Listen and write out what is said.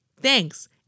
Thanks